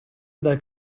dal